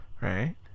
Right